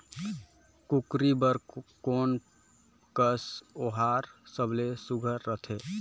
कूकरी बर कोन कस आहार सबले सुघ्घर रथे?